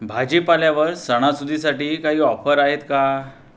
भाजीपाल्यावर सणासुदीसाठी काही ऑफर आहेत का